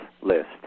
list